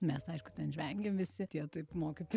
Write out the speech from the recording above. mes aišku ten žvengiam visi tie taip mokytojai